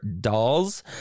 dolls